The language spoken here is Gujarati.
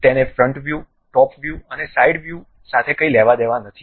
તેને ફ્રન્ટ વ્યૂ ટોપ વ્યૂ અને સાઇડ વ્યૂ સાથે કંઈ લેવાદેવા નથી